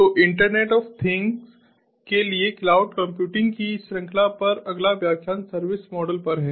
तो internet of things के लिए क्लाउड कंप्यूटिंग की श्रृंखला पर अगला व्याख्यान सर्विस मॉडल पर है